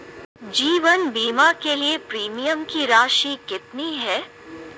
जीवन बीमा के लिए प्रीमियम की राशि कितनी है?